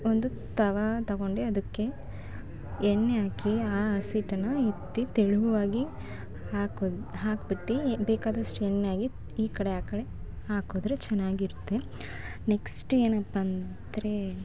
ಒಂದು ತವಾ ತೊಗೊಂಡು ಅದಕ್ಕೆ ಎಣ್ಣೆ ಹಾಕಿ ಆ ಹಸಿ ಹಿಟ್ಟನ್ನ ಎತ್ತಿ ತೆಳುವಾಗಿ ಹಾಕೋ ಹಾಕ್ಬಿಟ್ಟು ಬೇಕಾದಷ್ಟು ಎಣ್ಣೆಗೆ ಈ ಕಡೆ ಆ ಕಡೆ ಹಾಕದ್ರೆ ಚೆನ್ನಾಗಿರುತ್ತೆ ನೆಕ್ಸ್ಟು ಏನಪ್ಪಾ ಅಂದರೆ